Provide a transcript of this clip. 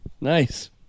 Nice